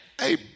hey